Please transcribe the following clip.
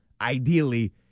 ideally